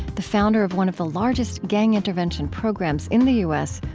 the founder of one of the largest gang intervention programs in the u s,